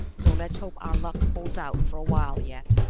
so let's hope our luck holds out for a while yet.